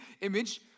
image